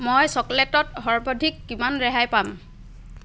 মই চকলেটত সৰ্বাধিক কিমান ৰেহাই পাম